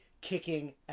kicking